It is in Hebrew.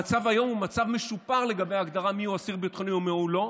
המצב היום הוא מצב משופר לגבי ההגדרה מיהו אסיר ביטחוני ומי לא,